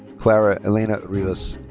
clara elena rivas.